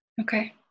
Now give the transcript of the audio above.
Okay